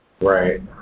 Right